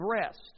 rest